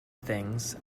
things